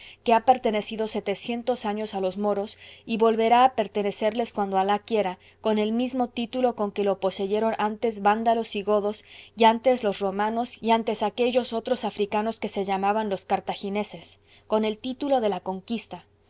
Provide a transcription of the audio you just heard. que ha pertenecido setecientos años a los moros y volverá a pertenecerles cuando alah quiera con el mismo título con que lo poseyeron antes vándalos y godos y antes los romanos y antes aquellos otros africanos que se llamaban los cartagineses con el título de la conquista